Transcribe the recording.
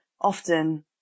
often